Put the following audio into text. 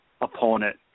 opponent